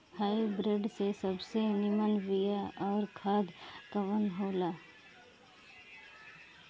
Hybrid के सबसे नीमन बीया अउर खाद कवन हो ला?